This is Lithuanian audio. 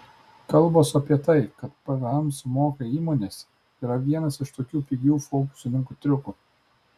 kalbos apie tai kad pvm sumoka įmonės yra vienas iš tokių pigių fokusininkų triukų